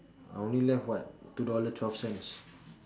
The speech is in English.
I only left what two dollar twelve cents